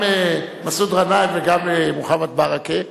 גם מסעוד גנאים וגם מוחמד ברכה,